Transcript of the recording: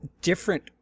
different